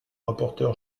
rapporteur